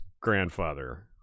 grandfather